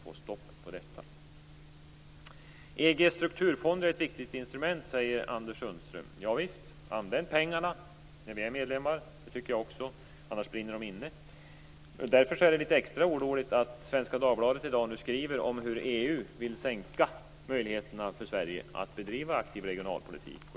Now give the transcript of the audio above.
EG:s strukturfonder är ett viktigt instrument, säger Anders Sundström. Ja visst! Använd pengarna nu när vi är medlemmar, annars brinner de inne. Det tycker jag också. Därför är det litet extra oroligt att Svenska Dagbladet i dag skriver om hur EU vill minska möjligheterna för Sverige att bedriva aktiv regionalpolitik.